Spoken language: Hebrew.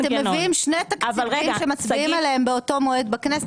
אתם מביאים שני תקציבים שמצביעים עליהם באותו מועד בכנסת,